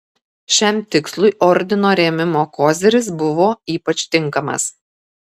šiam tikslui ordino rėmimo koziris buvo ypač tinkamas